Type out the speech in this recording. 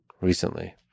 recently